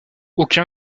aucun